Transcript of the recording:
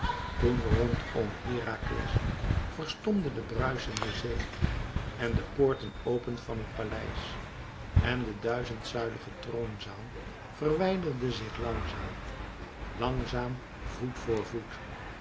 toen rondom herakles verstomde de bruischende zee en de poorten open van het paleis en de duizendzuilige troonzaal verwijderde zich langzaam langzaam voet voor voet